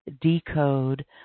decode